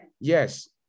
Yes